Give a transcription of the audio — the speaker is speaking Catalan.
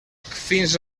fins